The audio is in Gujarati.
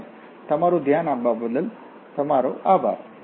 અને તમારુ ધ્યાન આપવા બદલ આભાર